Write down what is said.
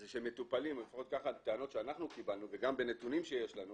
זה שמטופלים לפחות כך מטענות שאנחנו קיבלנו וגם בנתונים שיש לנו